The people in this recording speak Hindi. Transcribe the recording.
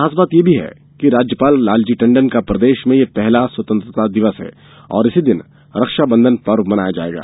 खास बात यह भी है कि राज्यपाल लालजी टंडन का प्रदेश में यह पहला स्वतंत्रता दिवस है और इसी दिन रक्षाबंधन पर्व मनाया जायेगा